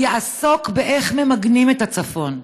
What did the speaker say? יעסוק באיך ממגנים את הצפון,